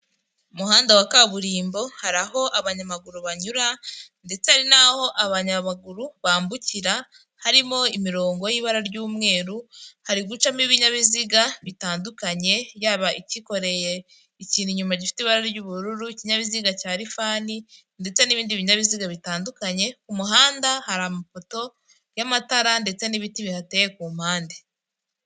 Umuhanda wa kaburimbo, hari aho abanyamaguru banyura, ndetse hari naho abanyamaguru bambukira, harimo imirongo y'ibara ry'umweru, hari gucamo ibinyabiziga bitandukanye, yaba ikikoreye ikintu inyuma gifite ibara ry'ubururu, ikinkinyabiziga cya rifani, ndetse n'ibindi binyabiziga bitandukanye. Ku muhanda hari amapoto y'amatara ndetse n'ibiti bihateye ku mpande.